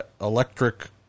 electric